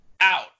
out